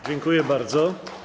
Dziękuję bardzo.